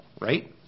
right